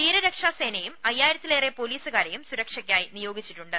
തീര രക്ഷാ സേനയെയും അയ്യായിരത്തിലേറെ പൊലീസുകാരെയും സുരക്ഷയ്ക്കായി നിയോഗിച്ചിട്ടുണ്ട്